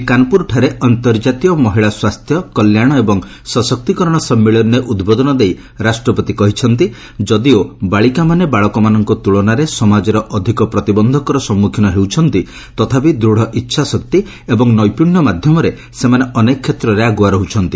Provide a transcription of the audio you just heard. ଆଜି କାନପ୍ରରଠାରେ ଅନ୍ତର୍ଜାତୀୟ ମହିଳା ସ୍ୱାସ୍ଥ୍ୟ କଲ୍ୟାଣ ଏବଂ ସଶକ୍ତିକରଣ ସମ୍ମିଳନୀରେ ଉଦ୍ବୋଧନ ଦେଇ ରାଷ୍ଟପତି କହିଛନ୍ତି ଯଦିଓ ବାଳିକାମାନେ ବାଳକମାନଙ୍କ ତୁଳନାରେ ସମାଜରେ ଅଧିକ ପ୍ରତିବନ୍ଧକର ସମ୍ମୁଖୀନ ହେଉଛନ୍ତି ତଥାପି ଦୂଢ଼ ଇଚ୍ଛାଶକ୍ତି ଏବଂ ନୈପୁଶ୍ୟ ମାଧ୍ୟମରେ ସେମାନେ ଅନେକ କ୍ଷେତ୍ରରେ ଆଗୁଆ ରହୁଛନ୍ତି